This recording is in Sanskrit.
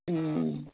ह्म्